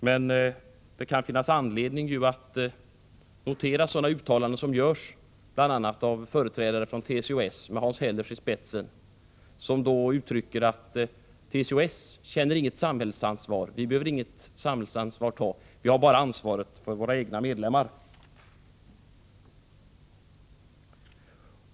Det kan emellertid finnas anledning att notera de uttalanden som görs av bl.a. företrädare för TCO-S med Hans Hellers i spetsen: TCO-S känner inte något samhällsansvar. Vi behöver inget samhällsansvar ta. Vi har bara ansvar för våra egna medlemmar.